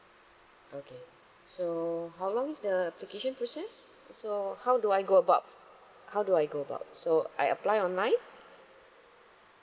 okay so how long is the application process so how do I go about how do I go about so I apply online